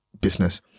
business